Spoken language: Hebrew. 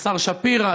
השר שפירא,